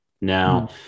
Now